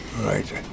Right